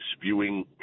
spewing